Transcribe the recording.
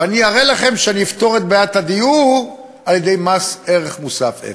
ואני אראה לכם שאני אפתור את בעיית הדיור על-ידי מס ערך מוסף אפס,